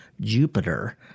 Jupiter